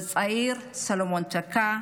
בצעיר סלומון טקה,